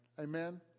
Amen